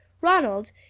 Ronald